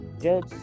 Judge